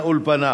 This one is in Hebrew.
בבקשה.